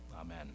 Amen